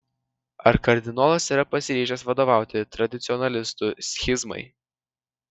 ar kardinolas yra pasiryžęs vadovauti tradicionalistų schizmai